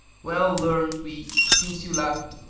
well learnt we, since you left,